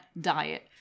diet